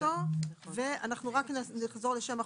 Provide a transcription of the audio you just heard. לגבי שם החוק,